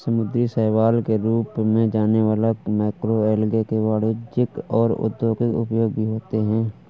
समुद्री शैवाल के रूप में जाने वाला मैक्रोएल्गे के वाणिज्यिक और औद्योगिक उपयोग भी होते हैं